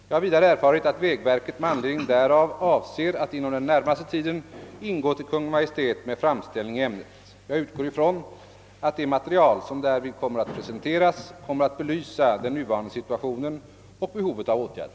Jag har vidare erfarit att vägverket med anledning därav avser att inom den närmaste tiden ingå till Kungl. Maj:t med framställning i ämnet. Jag utgår ifrån att det material som därvid kommer att presenteras kommer att belysa den nuvarande situationen och behovet av åtgärder.